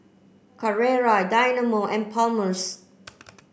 Carrera Dynamo and Palmer's